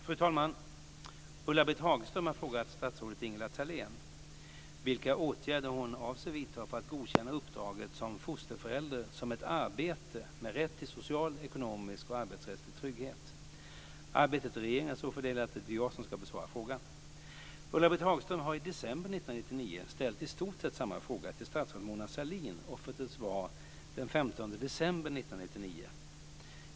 Fru talman! Ulla-Britt Hagström har frågat statsrådet Ingela Thalén vilka åtgärder hon avser vidta för att godkänna uppdraget som fosterföräldrar som ett arbete med rätt till social, ekonomisk och arbetsrättslig trygghet. Arbetet i regeringen är så fördelat att det är jag som ska besvara frågan. Ulla-Britt Hagström har i december 1999 ställt i stort sett samma fråga till statsrådet Mona Sahlin och fått ett svar den 15 december 1999.